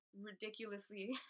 ridiculously